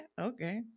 okay